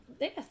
Yes